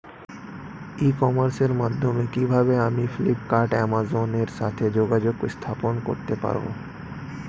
ই কমার্সের মাধ্যমে কিভাবে আমি ফ্লিপকার্ট অ্যামাজন এর সাথে যোগাযোগ স্থাপন করতে পারব?